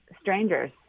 strangers